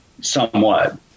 somewhat